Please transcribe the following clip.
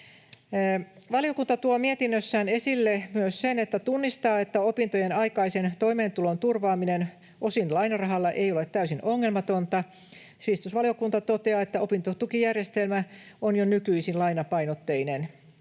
Valiokunta tuo mietinnössään esille myös sen, että se tunnistaa, että opintojen aikaisen toimeentulon turvaaminen osin lainarahalla ei ole täysin ongelmatonta. Sivistysvaliokunta toteaa, että opintotukijärjestelmä on jo nykyisin lainapainotteinen.